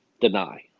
deny